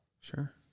Sure